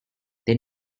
then